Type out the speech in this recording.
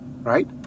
right